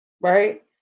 Right